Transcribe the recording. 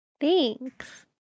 Thanks